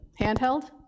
handheld